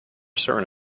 certain